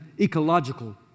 ecological